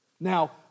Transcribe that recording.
Now